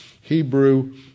Hebrew